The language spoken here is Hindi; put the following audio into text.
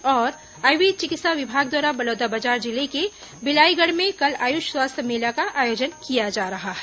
और आयुर्वेद चिकित्सा विभाग द्वारा बलौदाबाजार जिले के बिलाईगढ़ में कल आयुष स्वास्थ्य मेला का आयोजन किया जा रहा है